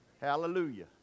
Hallelujah